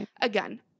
again